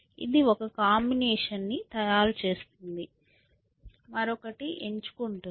ఇది ఒక కాంబినేషన్ని తయారు చేస్తుంది మరొకటి ఎంచుకుంటుంది